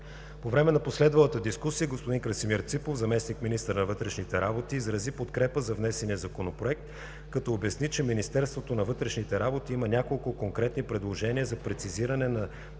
По време на последвалата дискусия господин Красимир Ципов – заместник-министър на вътрешните работи, изрази подкрепа за внесения Законопроект, като обясни, че Министерството на вътрешните работи има няколко конкретни предложения за прецизиране на